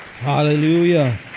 hallelujah